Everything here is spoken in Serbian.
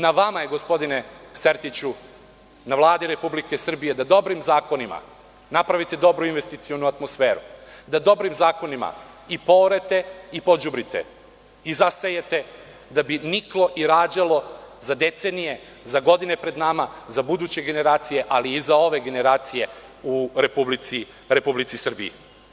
Na vama je, gospodine Sertiću, na Vladi Republike Srbije, da dobrim zakonima napravite dobru investicionu atmosferu, da dobrim zakonima i poorete i pođubrite i zasejete, da bi niklo i rađalo za decenije, za godine pred nama, za buduće generacije, ali i za ove generacije u Republici Srbiji.